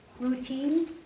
routine